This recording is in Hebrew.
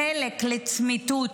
חלק לצמיתות,